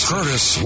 Curtis